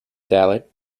salad